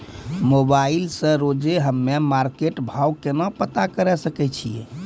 Mobile से रोजे हम्मे मार्केट भाव केना पता करे सकय छियै?